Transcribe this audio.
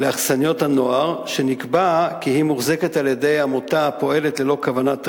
לאכסניית נוער שנקבע כי היא מוחזקת על-ידי עמותה הפועלת ללא כוונת רווח,